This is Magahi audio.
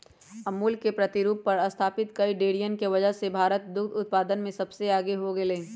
अमूल के प्रतिरूप पर स्तापित कई डेरियन के वजह से भारत दुग्ध उत्पादन में सबसे आगे हो गयलय